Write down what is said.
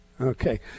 Okay